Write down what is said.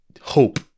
hope